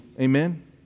Amen